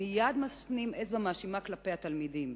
מייד מפנים אצבע מאשימה כלפי התלמידים,